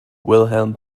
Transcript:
wilhelm